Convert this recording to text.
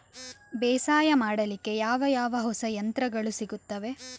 ಬೇಸಾಯ ಮಾಡಲಿಕ್ಕೆ ಯಾವ ಯಾವ ಹೊಸ ಯಂತ್ರಗಳು ಸಿಗುತ್ತವೆ?